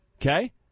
Okay